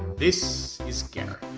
this is gary.